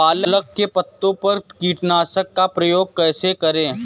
पालक के पत्तों पर कीटनाशक का प्रयोग कैसे करें?